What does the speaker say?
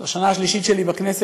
זו השנה השלישית שלי בכנסת,